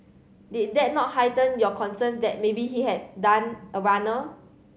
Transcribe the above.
did that not heighten your concerns that maybe he had done a runner